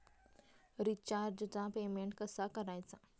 रिचार्जचा पेमेंट कसा करायचा?